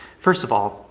first of all,